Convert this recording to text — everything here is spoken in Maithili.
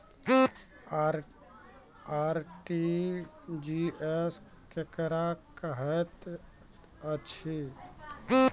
आर.टी.जी.एस केकरा कहैत अछि?